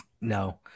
No